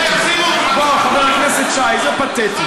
חבר הכנסת שי, זה פתטי.